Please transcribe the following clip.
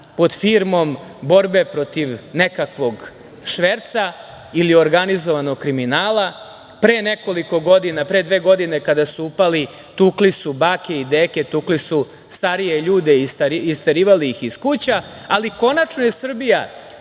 pod firmom borbe protiv nekakvog šverca ili organizovanog kriminala. Pre nekoliko godina, pre dve godine kada su upali tukli su bake i deke, tukli su starije ljude i isterivali ih iz kuća, ali konačno je Srbija